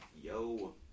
Yo